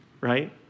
right